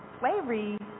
slavery